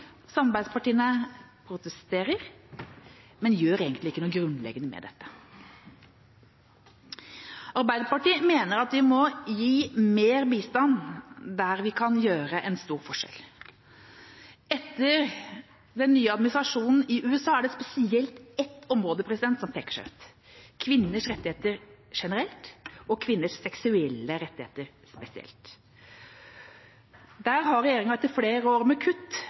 Samarbeidspartiene protesterer, men gjør egentlig ikke noe grunnleggende med dette. Arbeiderpartiet mener at vi må gi mer bistand der vi kan gjøre en stor forskjell. Etter den nye administrasjonen i USA er det spesielt ett område som peker seg ut: kvinners rettigheter generelt og kvinners seksuelle rettigheter spesielt. Der har regjeringa etter flere år med kutt